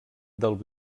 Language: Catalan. del